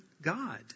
God